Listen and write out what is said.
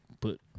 put